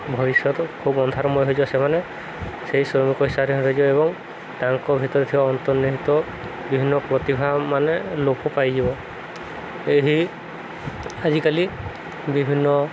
ଭବିଷ୍ୟତ ଖୁବ ଅନ୍ଧାରମୟ ହେଇଯିବ ସେମାନେ ସେଇ ଶ୍ରମିକ ହିସାବରେ ରହିଯିବ ଏବଂ ତାଙ୍କ ଭିତରେ ଥିବା ଅନ୍ତର୍ନିହିତ ବିଭିନ୍ନ ପ୍ରତିଭା ମାନେ ଲୋପ ପାଇଯିବ ଏହି ଆଜିକାଲି ବିଭିନ୍ନ